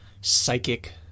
psychic